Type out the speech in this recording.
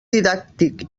didàctic